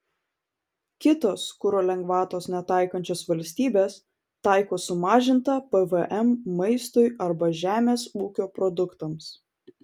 kitos kuro lengvatos netaikančios valstybės taiko sumažintą pvm maistui arba žemės ūkio produktams